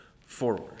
forward